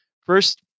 First